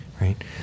right